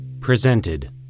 Presented